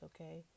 okay